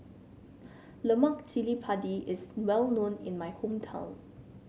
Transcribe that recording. Lemak Cili Padi is well known in my hometown